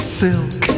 silk